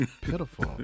pitiful